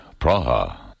Praha